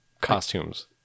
costumes